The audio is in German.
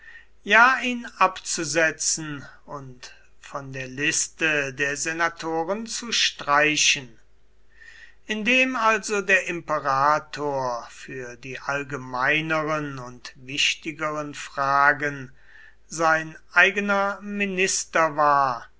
ja ihn abzusetzen und von der liste der senatoren zu streichen indem also der imperator für die allgemeineren und wichtigeren fragen sein eigener minister war